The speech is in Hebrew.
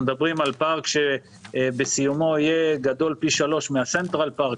מדובר על פארק שבסיומו יהיה גדול פי שלושה מהסנטרל פארק,